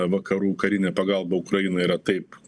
vakarų karinė pagalba ukrainai yra taip